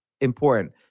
important